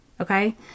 okay